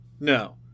No